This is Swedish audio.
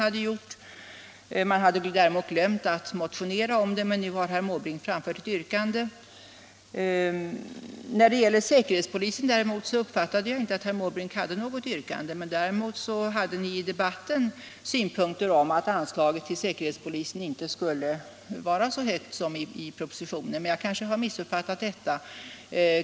Herr Måbrink hade glömt att motionera om det, men nu har han framfört ett yrkande. När det gäller säkerhetspolisen uppfattade jag inte att herr Måbrink hade något yrkande. Däremot hade ni i debatten synpunkter på att anslaget till säkerhetspolisen inte skulle vara så stort som man föreslår i propositionen. Jag kanske har missuppfattat detta.